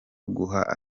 guha